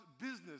business